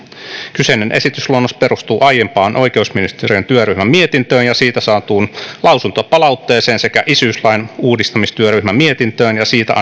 kyseinen esitysluonnos perustuu aiempaan oikeusministeriön työryhmän mietintöön ja ja siitä saatuun lausuntopalautteeseen sekä isyyslain uudistamistyöryhmän mietintöön ja siitä